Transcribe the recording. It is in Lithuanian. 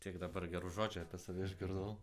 tiek dabar gerų žodžių apie save išgirdau